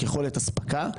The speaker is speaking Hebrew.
יכולת אספקה.